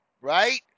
right